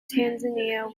tanzania